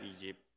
Egypt